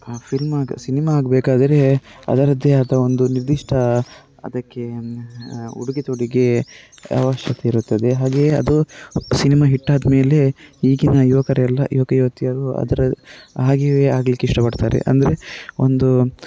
ಆ ಫಿಲ್ಮ್ಗೆ ಸಿನಿಮ ಆಗಬೇಕಾದ್ರೆ ಅದರದ್ದೇ ಆದ ಒಂದು ನಿರ್ದಿಷ್ಟ ಅದಕ್ಕೆ ಉಡುಗೆ ತೊಡುಗೆ ಆವಶ್ಯಕ ಇರುತ್ತದೆ ಹಾಗೆಯೇ ಅದು ಸಿನಿಮ ಹಿಟ್ ಆದ ಮೇಲೆ ಈಗಿನ ಯುವಕರೆಲ್ಲ ಯುವಕ ಯುವತಿಯರು ಅದರ ಹಾಗೆಯೇ ಆಗ್ಲಿಕ್ಕೆ ಇಷ್ಟಪಡ್ತಾರೆ ಅಂದರೆ ಒಂದು